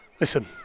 listen